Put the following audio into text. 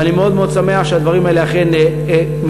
ואני מאוד שמח שהדברים האלה אכן מתרחשים.